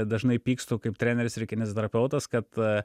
dažnai pykstu kaip treneris ir kineziterapeutas kad